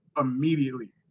immediately